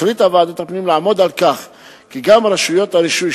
החליטה ועדת הפנים לעמוד על כך שגם רשויות הרישוי,